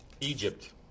Egypt